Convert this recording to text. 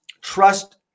Trust